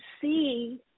see